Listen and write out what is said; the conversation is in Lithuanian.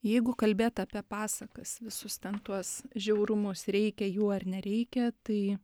jeigu kalbėt apie pasakas visus ten tuos žiaurumus reikia jų ar nereikia tai